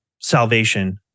salvation